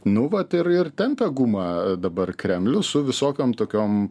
nu vat ir ir tempia gumą dabar kremlius su visokiom tokiom